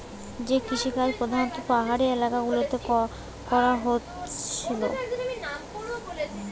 যে কৃষিকাজ প্রধাণত পাহাড়ি এলাকা গুলাতে করা হতিছে